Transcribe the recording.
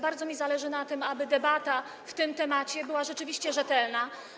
Bardzo mi zależy na tym, aby debata na ten temat była rzeczywiście rzetelna.